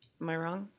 am i wrong?